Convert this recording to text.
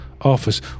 office